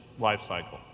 lifecycle